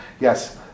Yes